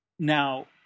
Now